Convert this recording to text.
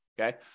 okay